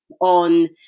on